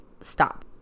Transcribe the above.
stop